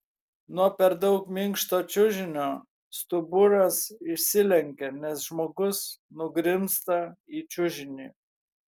nuo per daug minkšto čiužinio stuburas išsilenkia nes žmogus nugrimzta į čiužinį